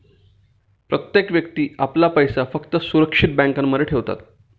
प्रत्येक व्यक्ती आपला पैसा फक्त सुरक्षित बँकांमध्ये ठेवतात